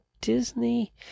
disney